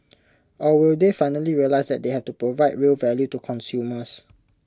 or will they finally realise that they have to provide real value to consumers